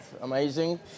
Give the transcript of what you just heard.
amazing